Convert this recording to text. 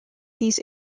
these